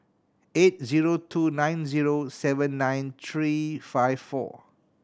eight zero two nine zero seven nine three five four